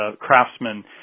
craftsmen